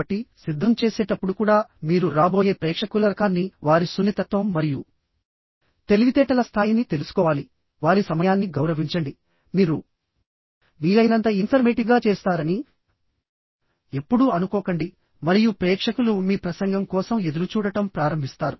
కాబట్టి సిద్ధం చేసేటప్పుడు కూడా మీరు రాబోయే ప్రేక్షకుల రకాన్ని వారి సున్నితత్వం మరియు తెలివితేటల స్థాయిని తెలుసుకోవాలి వారి సమయాన్ని గౌరవించండి మీరు బోరింగ్ ప్రసంగం ఇస్తారని వీలైనంత ఆసక్తికరంగా చేస్తారని వీలైనంత ఇన్ఫర్మేటివ్గా చేస్తారని ఎప్పుడూ అనుకోకండి మరియు ప్రేక్షకులు మీ ప్రసంగం కోసం ఎదురు చూడటం ప్రారంభిస్తారు